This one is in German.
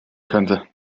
könnte